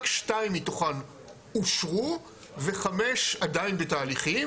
רק שתיים מתוכן אושרו וחמש עדיין בתהליכים,